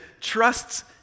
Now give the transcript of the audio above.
trusts